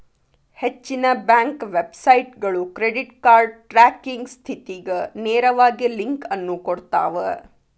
ಹೆಚ್ಚಿನ ಬ್ಯಾಂಕ್ ವೆಬ್ಸೈಟ್ಗಳು credit card tracking ಸ್ಥಿತಿಗ ನೇರವಾಗಿ ಲಿಂಕ್ ಅನ್ನು ಕೊಡ್ತಾವ